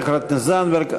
תודה לחברת הכנסת זנדברג.